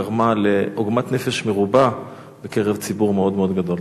גרמה לעוגמת נפש מרובה בקרב ציבור מאוד מאוד גדול.